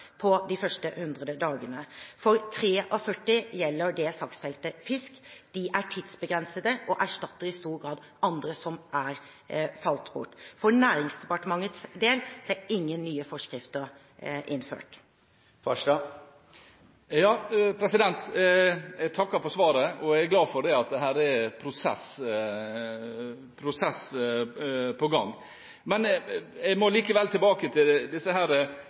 de første 100 dagene. 43 gjelder saksfeltet fisk. De er tidsbegrensede og erstatter i stor grad de forskriftene som er falt bort. For Næringsdepartementets del er ingen nye forskrifter innført. Jeg takker for svaret. Jeg er glad for at det er prosess på gang. Jeg må likevel tilbake til